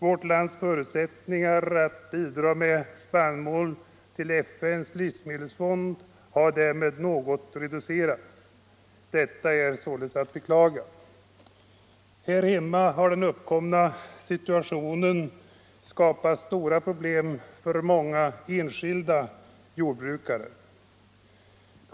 Vårt lands förutsättningar att bidraga med spannmål till FN:s livsmedelsfond har därmed något reducerats. Här hemma har den uppkomna skördesituationen skapat stora problem för många enskilda jordbrukare.